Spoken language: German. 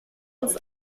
uns